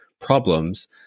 problems